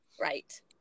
Right